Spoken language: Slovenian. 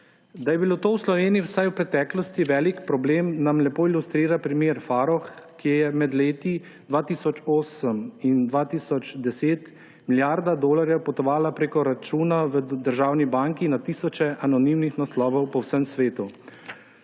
Da je bilo to v Sloveniji vsaj v preteklosti velik problem, nam lepo ilustrira primer Farrokh, ko je med leti 2008 in 2010 milijarda dolarjev potovalo preko računa v državni banki na tisoče anonimnih naslovov po vsem svetu.